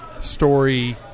story